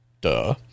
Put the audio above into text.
Duh